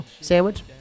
Sandwich